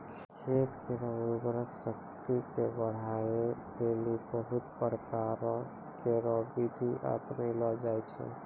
खेत केरो उर्वरा शक्ति क बढ़ाय लेलि बहुत प्रकारो केरो बिधि अपनैलो जाय छै